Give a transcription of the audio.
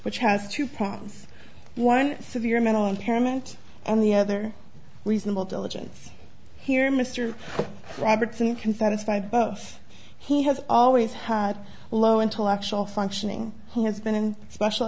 which has two primes one severe mental impairment and the other reasonable diligence here mr robertson can satisfy both he has always had low intellectual functioning he has been in special